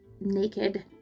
naked